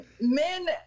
Men